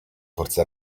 forze